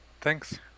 thanks